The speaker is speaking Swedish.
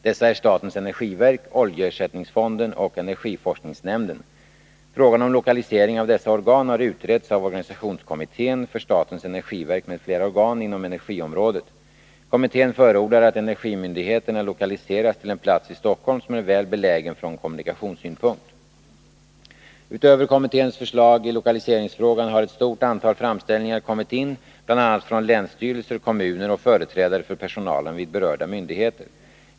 Dessa är statens energiverk, oljeersättningsfonden och energiforskningsnämnden. Frågan om lokalisering av dessa organ har utretts av organisationskommittén för statens energiverk m.fl. organ inom energiområdet. Kommittén förordar att energimyndigheterna lokaliseras till en plats i Stockholm som är väl belägen från kommunikationssynpunkt. Utöver kommitténs förslag i lokaliseringsfrågan har ett stort antal framställningar kommit in, bl.a. från länsstyrelser, kommuner och företrädare för personalen vid berörda myndigheter.